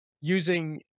using